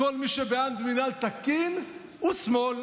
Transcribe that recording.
כל מי שבעד מינהל תקין, הוא שמאל.